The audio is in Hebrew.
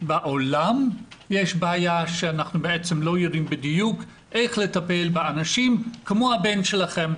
בעולם יש בעיה שאנחנו לא יודעים בדיוק איך לטפל באנשים כמו הבן שלכם,